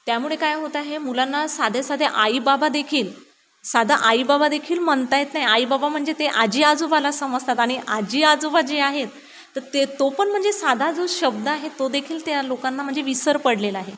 त्यामुळे काय होतं आहे मुलांना साध्या साधे आई बाबा देखील साधा आई बाबा देखील म्हणता येत नाही आई बाबा म्हणजे ते आजी आजोबाला समजतात आणि आजी आजोबा जे आहेत तर ते तो पण म्हणजे साधा जो शब्द आहे तो देखील त्या लोकांना म्हणजे विसर पडलेला आहे